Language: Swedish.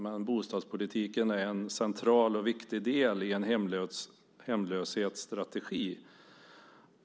Men bostadspolitiken är en central och viktig del i en hemlöshetsstrategi.